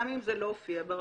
גם אם זה לא הופיע ברשומות.